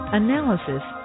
analysis